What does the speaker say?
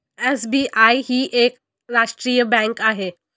SBI ही एक राष्ट्रीय बँक आहे